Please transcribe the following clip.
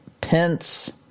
Pence